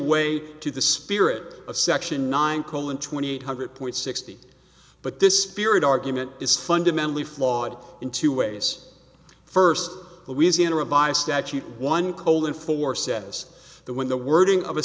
give way to the spirit of section nine colon twenty eight hundred point sixty but this spirit argument is fundamentally flawed in two ways first louisiana a by statute one cold in four says the when the wording of a